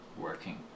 working